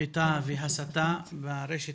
סחיטה והסתה ברשת